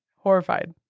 Horrified